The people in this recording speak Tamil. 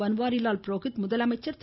பன்வாரி லால் புரோஹித் முதலமைச்சர் திரு